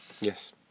Yes